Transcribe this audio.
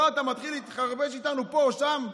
לא, אתה מתחיל להתחרבש איתנו, פה, שם.